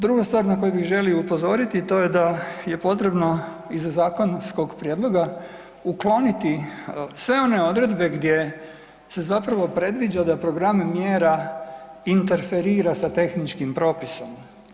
Druga stvar na koju bih želio upozoriti, to je da je potrebno iza zakonskog prijedloga ukloniti sve one odredbe gdje se zapravo predviđa da programe mjera interferira sa tehničkim propisom.